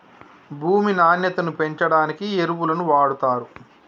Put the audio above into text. భూమి నాణ్యతను పెంచడానికి ఎరువులను వాడుతారు